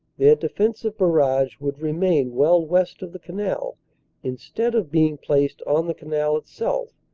their defensive barrage would remain well west of the canal instead of being placed on the canal itself,